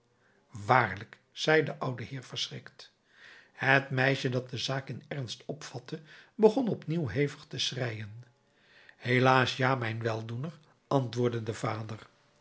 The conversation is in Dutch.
waarlijk zei de oude heer verschrikt het meisje dat de zaak in ernst opvatte begon opnieuw hevig te schreien helaas ja mijn weldoener antwoordde de vader